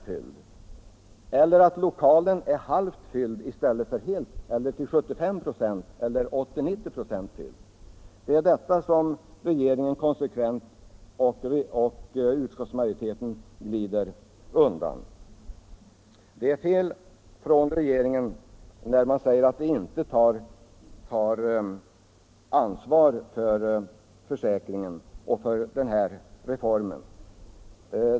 Och kostnaderna för lokalen är desamma vare sig denna är fylld till hälften eller till 75, 80 eller 90 96. Det är detta som regeringen och utskottsmajoriteten konsekvent glider undan. Man har från regeringens sida fel när man säger att vi inte tar ansvar för försäkringen och för den här reformen.